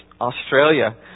Australia